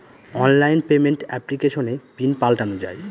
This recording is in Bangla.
অনলাইন পেমেন্ট এপ্লিকেশনে পিন পাল্টানো যায়